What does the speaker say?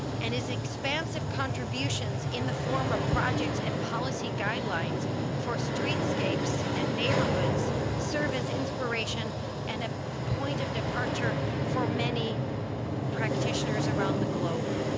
and his expansive contributions in the form of projects and policy guidelines for streetscapes and neighborhoods serve as inspiration and a point of departure for many practitioners around the globe.